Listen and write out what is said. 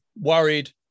worried